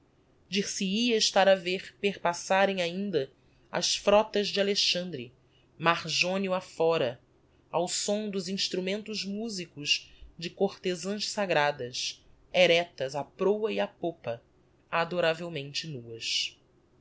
dir-se-ia estar a ver perpassarem ainda as frótas d'alexandre mar jonio a fóra ao som dos instrumentos musicos de cortezãs sagradas erectas á prôa e á pôpa adoravelmente nuas